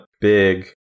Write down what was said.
big